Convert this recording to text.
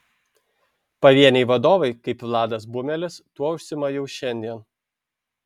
pavieniai vadovai kaip vladas bumelis tuo užsiima jau šiandien